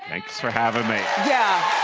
thanks for having me. yeah